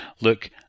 look